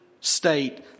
state